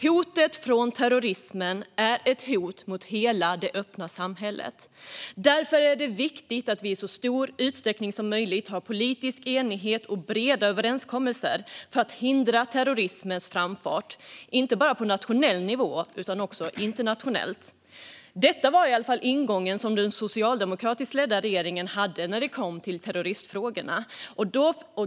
Hotet från terrorismen är ett hot mot hela det öppna samhället. Därför är det viktigt att vi i så stor utsträckning som möjligt har politisk enighet och breda överenskommelser för att hindra terrorismens framfart inte bara på nationell front utan också internationellt. Detta var i varje fall ingången som den socialdemokratiska regeringen hade när det kom till terroristfrågorna.